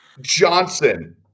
Johnson